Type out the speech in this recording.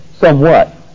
somewhat